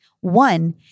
One